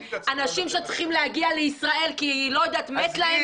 אנשים שצריכים להגיע לישראל כי מת להם מישהו.